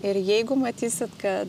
ir jeigu matysit kad